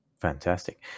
Fantastic